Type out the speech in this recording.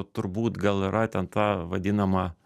turbūt gal yra ten ta vadinama